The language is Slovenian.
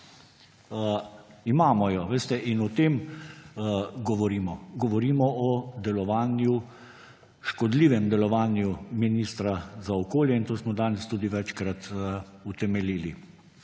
Imamo jo, veste. In o tem govorimo. Govorimo o škodljivem delovanju ministra za okolje. To smo danes tudi večkrat utemeljili.